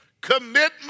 Commitment